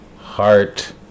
Heart